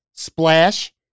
Splash